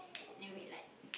and we like